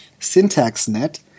SyntaxNet